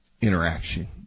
interaction